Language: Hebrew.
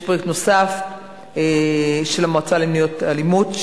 יש פרויקט נוסף של המועצה למניעת אלימות,